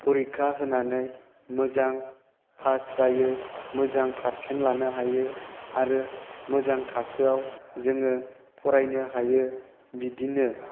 फरिखा होनानै मोजां पास जायो मोजां पार्सेन्ट लानो हायो आरो मोजां थाखोआव जोङो फरायनो हायो बिदिनो